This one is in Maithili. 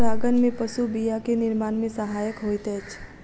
परागन में पशु बीया के निर्माण में सहायक होइत अछि